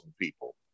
people